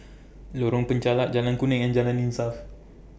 Lorong Penchalak Jalan Kuning and Jalan Insaf